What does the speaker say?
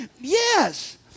Yes